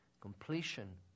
completion